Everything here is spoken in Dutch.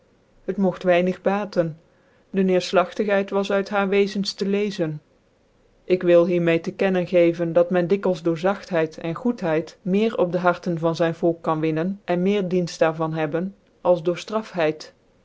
t mogt weinig baten de ncerflachtighcit was uit haare wezens tc leczen ik wil hier meede tc kennen gecven dat men dikwils door zachtheid en goedheid meer op dc harten van zyn volk kan winnen en meer dienft daar van hebben als door